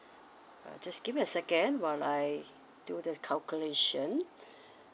uh just give me a second while I do the calculation